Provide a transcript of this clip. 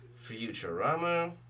Futurama